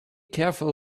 careful